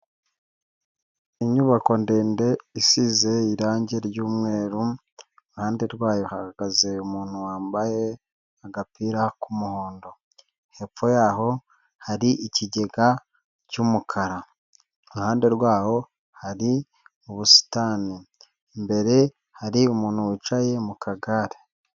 Inyubako ndende isize irangi ry'umweru, iruhande rwayo hahagaze umuntu wambaye agapira k'umuhondo. Hepfo yaho hari ikigega cy'umukara iruhande rwaho hari ubusitani. Imbere hari umuntu wicaye mu kagare.